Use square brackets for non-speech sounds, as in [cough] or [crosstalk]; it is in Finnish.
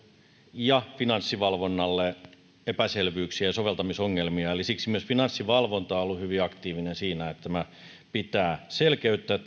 ja finanssivalvonnalle epäselvyyksiä ja soveltamisongelmia eli siksi myös finanssivalvonta on ollut hyvin aktiivinen siinä että tämä lainsäädäntö pitää selkeyttää [unintelligible]